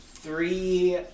Three